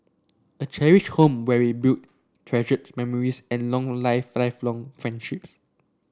a cherished home where we build treasured memories and long life lifelong friendships